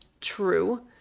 True